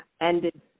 ended